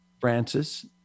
Francis